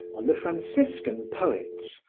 on the franciscan poets,